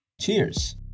Cheers